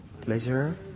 pleasure